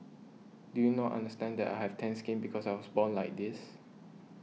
do you not understand that I have tanned skin because I was born like this